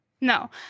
No